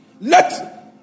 Let